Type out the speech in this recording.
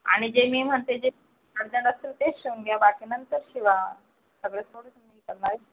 आणि जे मी म्हणते जे लागणार असतील तेच शिवून घ्या बाकी नंतर शिवा सगळंच थोडी तुम्ही हे करणार आहे